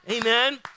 Amen